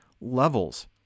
levels